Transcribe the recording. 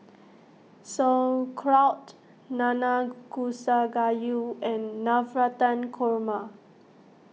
Sauerkraut Nanakusa Gayu and Navratan Korma